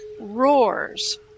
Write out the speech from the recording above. roars